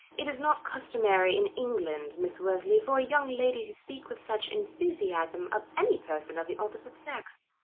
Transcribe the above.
it is not customary in england, miss worsley, for a young lady to speak with such enthusiasm of any person of the opposite sex.